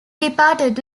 departed